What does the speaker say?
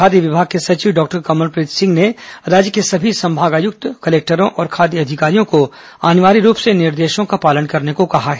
खाद्य विभाग के सचिव डॉक्टर कमलप्रीत सिंह ने राज्य के सभी संभागायुक्त कलेक्टरों और खाद्य अधिकारियों को अनिवार्य रूप से इन निर्देशों का पालन करने को कहा है